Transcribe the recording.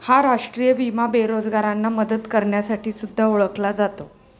हा राष्ट्रीय विमा बेरोजगारांना मदत करण्यासाठी सुद्धा ओळखला जातो